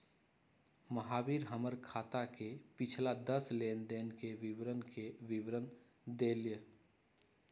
महावीर हमर खाता के पिछला दस लेनदेन के विवरण के विवरण देलय